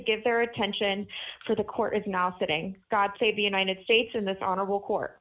to get their attention for the court is now sitting god save the united states in this honorable court